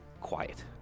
quiet